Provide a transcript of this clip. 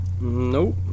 Nope